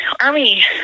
army